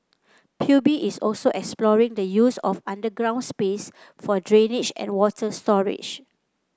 P U B is also exploring the use of underground space for drainage and water storage